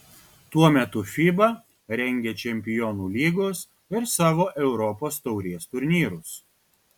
tuo metu fiba rengia čempionų lygos ir savo europos taurės turnyrus